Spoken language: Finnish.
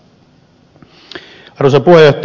arvoisa puhemies